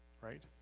right